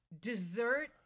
dessert